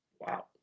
Wow